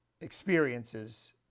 experiences